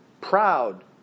proud